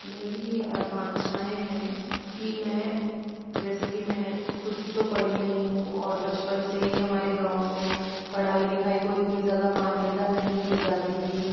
मेरी ये आकांक्षाएं हैं कि मैं जैसे कि मैं खुद तो पढ़ी नहीं हूं और बचपन से ही हमारे गांव में पढ़ाई लिखाई को इतनी ज़्यादा मान्यता नहीं दी जाती थी